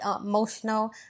emotional